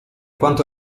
quanto